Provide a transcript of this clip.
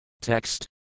Text